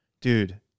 dude